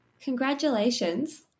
Congratulations